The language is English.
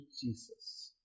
Jesus